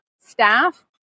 staff